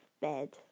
bed